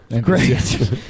Great